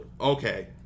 okay